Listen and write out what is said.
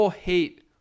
hate